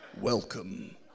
Welcome